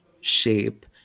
shape